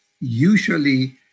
usually